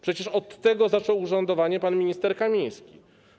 Przecież od tego zaczął urzędowanie pan minister Kamiński.